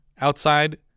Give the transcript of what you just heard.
Outside